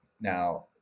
Now